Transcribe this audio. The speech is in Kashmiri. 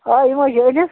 آ یِم حظ چھِ أنِتھ